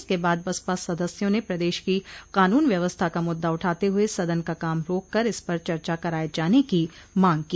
इसके बाद बसपा सदस्यों ने प्रदेश की कानून व्यवस्था का मुद्दा उठाते हुए सदन का काम रोक कर इस पर चर्चा कराये जाने की मांग की